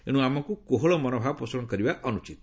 ଏଣୁ ଆମମାନଙ୍କୁ କୋହଳ ମନୋଭାବ ପୋଷଣ କରିବା ଅନୁଚିତ